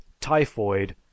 typhoid